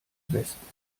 wespen